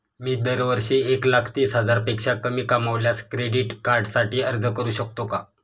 मी दरवर्षी एक लाख तीस हजारापेक्षा कमी कमावल्यास क्रेडिट कार्डसाठी अर्ज करू शकतो का?